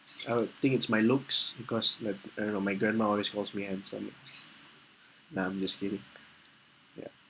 I would think it's my looks because my I don't know my grandma always calls me handsome nah I'm just kidding ya